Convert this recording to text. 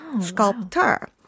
sculptor